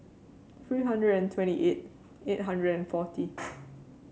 three hundred and twenty eight eight hundred and forty